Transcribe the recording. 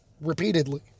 repeatedly